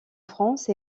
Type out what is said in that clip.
france